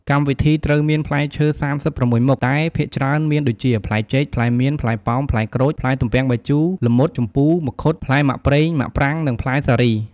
កម្មវិធីត្រូវមានផ្លែឈើ ៣៦មុខតែភាគច្រើនមានដូចជា ផ្លែចេក ផ្លែមៀន ផ្លែប៉ោម ផ្លែក្រូច ផ្លែទំពាងបាយជូរ ល្មុត ជំពូរ ម្ឃុត ផ្លែម៉ាក់ប៉្រេង ម៉ាក់ប្រាង និងផ្លែសារី ។